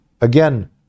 again